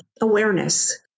awareness